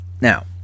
Now